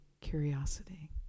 curiosity